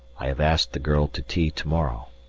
i have asked the girl to tea to-morrow.